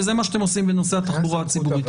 וזה מה שאתם עושים בנושא התחבורה הציבורית.